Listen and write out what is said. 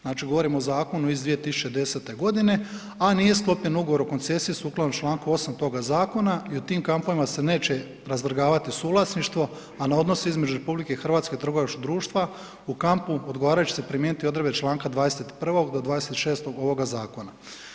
Znači govorimo o zakonu iz 2010. g., a nije sklopljen ugovor o koncesiji sukladno čl. 8 toga Zakona i u tim kampovima se neće razvrgavati suvlasništvo, a na odnos između RH i trgovačkog društva u kampu, odgovarajuće će se primijeniti odredbe čl. 21.-26. ovoga zakona.